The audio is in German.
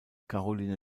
caroline